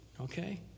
okay